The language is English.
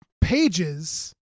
pages